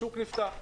השוק נפתח.